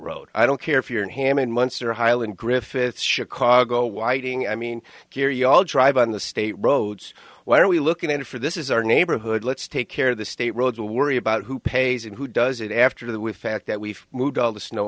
road i don't care if you're in hammond months or highland griffith's chicago whiting i mean here you all drive on the state roads why are we looking at it for this is our neighborhood let's take care of the state road to worry about who pays and who does it after the with fact that we've moved all the snow